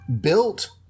built